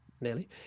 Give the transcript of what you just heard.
nearly